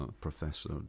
Professor